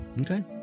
Okay